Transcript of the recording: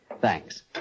Thanks